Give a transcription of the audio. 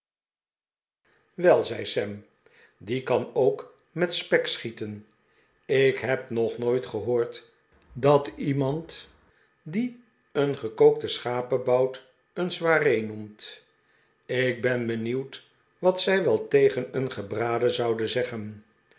zei sam die kan ook met spek schieten ik heb nog nooit gehoord dat iemand een gekookten schapebout een soiree noemt ik ben benieuwd wat zij wel tegen een gebraden zouden zeggen